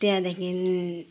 त्यहाँदेखि